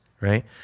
right